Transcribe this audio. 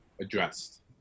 addressed